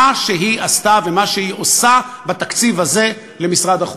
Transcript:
מה שהיא עשתה ומה שהיא עושה בתקציב הזה למשרד החוץ.